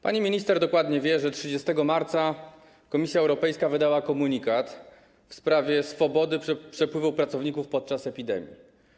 Pani minister dokładnie wie, że 30 marca Komisja Europejska wydała komunikat w sprawie swobody przepływu pracowników podczas epidemii.